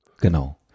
Genau